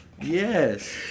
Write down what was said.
yes